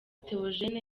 theogene